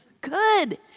Good